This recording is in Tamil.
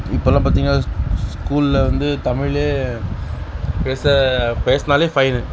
இப்போல்லாம் பார்த்திங்கனா ஸ்கூலில் வந்து தமிழ்லேயே பேச பேசினாலே ஃபைனு